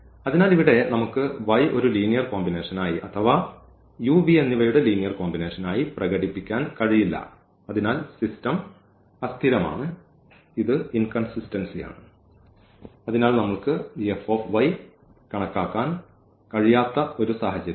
അതിനാൽ ഇവിടെ നമുക്ക് ഈ y ഒരു ലീനിയർ കോമ്പിനേഷൻ ആയി അഥവാ ഈ u v എന്നിവയുടെ ലീനിയർ കോമ്പിനേഷൻ ആയി പ്രകടിപ്പിക്കാൻ കഴിയില്ല അതിനാൽ സിസ്റ്റം അസ്ഥിരമാണ് ഇത് ഇൻകൺസിസ്റ്റൻസിയാണ് അതിനാൽ നമ്മൾക്ക് ഈ F കണക്കാക്കാൻ കഴിയാത്ത ഒരു സാഹചര്യമാണ്